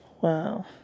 Wow